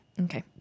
Okay